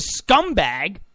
scumbag